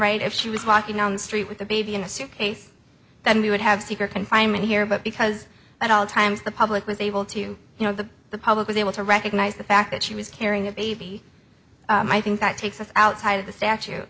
right if she was walking down the street with the baby in a suitcase then we would have secret confinement here but because at all times the public was able to you know that the public was able to recognize the fact that she was carrying a baby i think that takes us outside of the statue